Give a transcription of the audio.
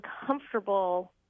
uncomfortable